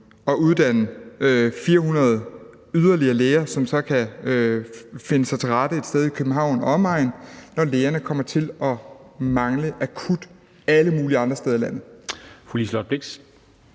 at uddanne yderligere 400 læger, som så kan finde sig til rette et sted i København og omegn, når der kommer til at mangle læger akut alle mulige andre steder i landet. Kl.